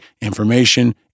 information